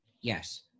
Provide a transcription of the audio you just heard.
Yes